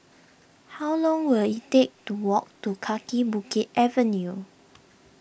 how long will it take to walk to Kaki Bukit Avenue